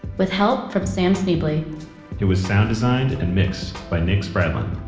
with help from sam schneble. it was sound designed and mixed by nick spradlin